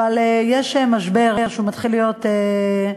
ואני חושבת שמכאן צריכה לצאת קריאה.